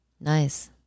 Nice